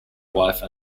wife